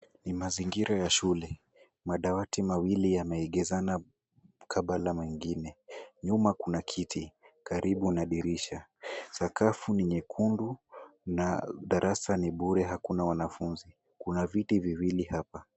Ni mazingira ya shule. Madawati mawili yameegezana mkabala mwingine. Nyuma kuna kiti karibu na dirisha. Sakafu ni nyekundu na darasa ni bure hakuna wanafunzi. Kuna viti viwili hapa.